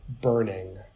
burning